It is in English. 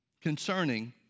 concerning